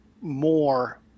more